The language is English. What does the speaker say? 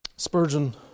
Spurgeon